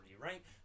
right